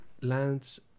Lands